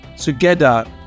Together